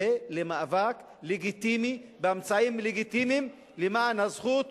יצא למאבק לגיטימי, באמצעים לגיטימיים, למען הזכות